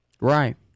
right